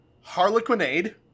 Harlequinade